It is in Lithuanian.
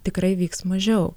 tikrai vyks mažiau